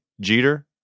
jeter